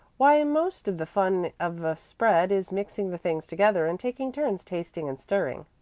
why, most of the fun of a spread is mixing the things together and taking turns tasting and stirring.